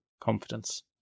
confidence